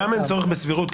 שם אין צורך בסבירות,